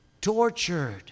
tortured